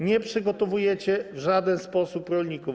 Nie przygotowujecie w żaden sposób rolników.